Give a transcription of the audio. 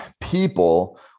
people